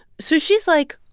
so she's like,